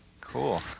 Cool